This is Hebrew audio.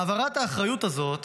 העברת האחריות הזאת